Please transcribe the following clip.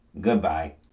Goodbye